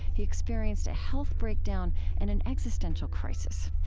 he experienced a health breakdown and an existential crisis.